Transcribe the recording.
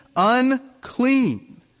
unclean